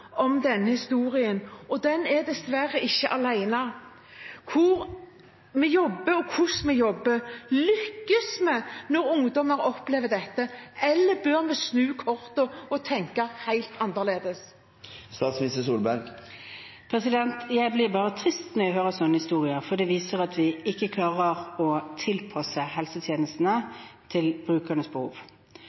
om denne historien? Den er dessverre ikke enestående. Når det gjelder hvor og hvordan vi jobber – lykkes vi når ungdommer opplever dette? Eller bør vi snu kortene og tenke helt annerledes? Jeg blir bare trist når jeg hører slike historier, for det viser at vi ikke klarer å tilpasse helsetjenestene til brukernes behov.